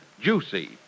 juicy